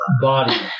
...body